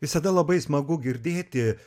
visada labai smagu girdėti